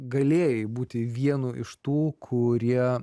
galėjai būti vienu iš tų kurie